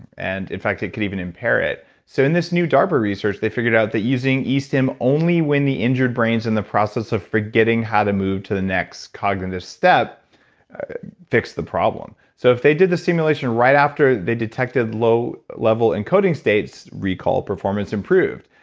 and in fact, it could even impair it so in this new darpa research, they figured out that using esim only when the injured brains in the process of forgetting how to move to the next cognitive step fix the problem. so if they did the stimulation right after they detected low level in coding states recall, performance improved.